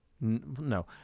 no